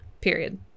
Period